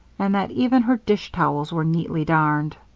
and that even her dish-towels were neatly darned.